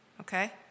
okay